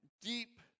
deep